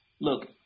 look